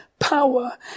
power